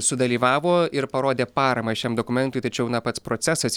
sudalyvavo ir parodė paramą šiam dokumentui tačiau na pats procesas